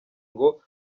ngo